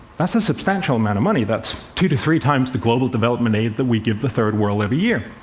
that's a substantial amount of money. that's two to three times the global development aid that we give the third world every year.